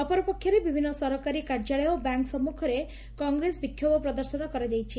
ଅପରପକ୍ଷରେ ବିଭିନ୍ନ ସରକାରୀ କାର୍ଯ୍ୟାଳୟ ଓ ବ୍ୟାଙ୍କ ସମ୍ମଖରେ କଂଗ୍ରେସ ବିକ୍ଷୋଭ ପ୍ରଦର୍ଶନ କରାଯାଇଛି